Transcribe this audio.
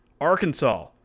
Arkansas